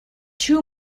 two